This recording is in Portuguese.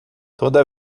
toda